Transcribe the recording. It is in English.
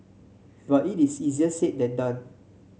but it is easier said than done